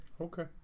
Okay